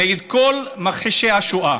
כנגד כל מכחישי השואה,